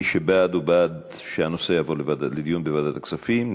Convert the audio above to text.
מי שבעד הוא בעד שהנושא יעבור לדיון בוועדת הכספים,